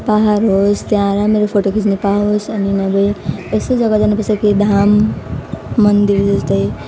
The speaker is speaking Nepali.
पाहाड होस् त्यहाँ राम्ररी फोटो खिच्न पाओस् अनि नभए यस्तो जग्गा जानुपर्छ कि धाम मन्दिर टाइप